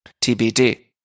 TBD